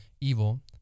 evil